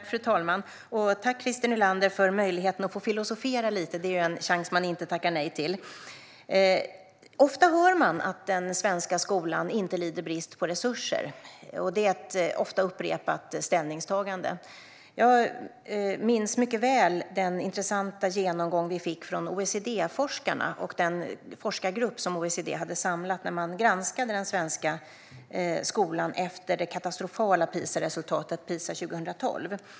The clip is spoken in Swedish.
Fru talman! Tack, Christer Nylander, för möjligheten att få filosofera lite! Det är en chans man inte tackar nej till. Ofta hör man att den svenska skolan inte lider brist på resurser. Det här är ett ofta upprepat ställningstagande. Jag minns mycket väl den intressanta genomgång vi fick från OECD-forskarna och den forskargrupp som OECD hade samlat när man granskade den svenska skolan efter det katastrofala PISA-resultatet 2012.